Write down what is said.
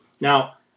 Now